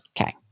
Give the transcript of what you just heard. Okay